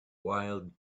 wild